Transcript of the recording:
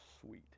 sweet